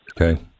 Okay